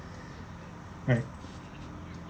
right